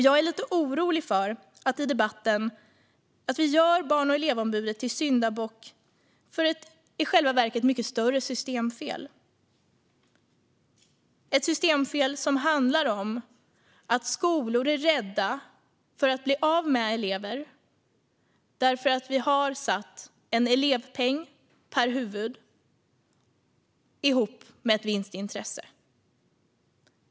Jag är lite orolig för att vi i debatten gör Barn och elevombudet till syndabock för ett i själva verket mycket större systemfel - ett systemfel som handlar om att skolor är rädda för att bli av med elever för att vi har satt en elevpeng per huvud ihop med ett vinstintresse.